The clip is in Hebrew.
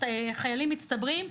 מצטברים חיילים,